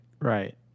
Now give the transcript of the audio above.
Right